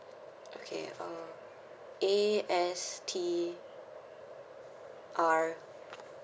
okay uh A S T R